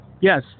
Yes